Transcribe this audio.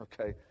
okay